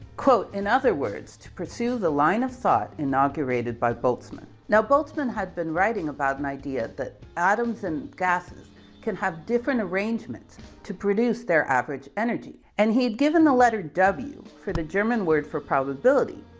quote, in other words, to pursue the line of thought inaugurated by bolzmann. now, bolzmann had been writing about an idea that atoms and gases can have different arrangements to produce their average energy. and he'd given the letter w for the german word for probability,